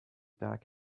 back